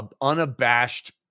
unabashed